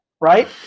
right